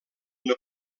una